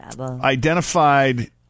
Identified